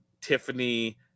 Tiffany